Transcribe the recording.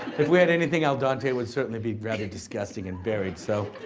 if we had anything al dante it would certainly be rather disgusting and buried, so